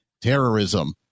terrorism